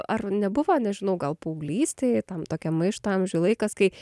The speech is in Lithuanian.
ar nebuvo nežinau gal paauglystėj tam tokiam maišto amžių laikas kai